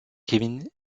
kevin